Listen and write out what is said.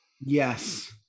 Yes